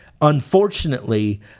Unfortunately